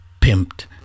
pimped